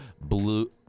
Blue